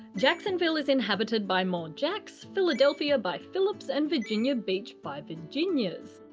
jacksonville is inhabited by more jacks, philadelphia by philips, and virginia beach by virginias.